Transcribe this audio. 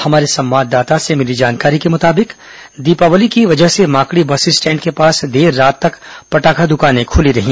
हमारे संवाददाता से मिली जानकारी के मुताबिक दीपावली की वजह से माकड़ी बस स्टैंड के पास देर रात तक पटाखा दुकानें खुली रहीं